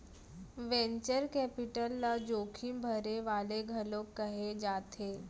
venture capital ल जोखिम भरे वाले घलोक कहे जाथे